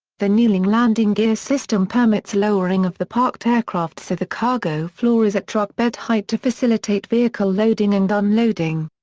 the kneeling landing gear system permits lowering of the parked aircraft so the cargo floor is at truck-bed height to facilitate vehicle loading and unloading.